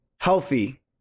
healthy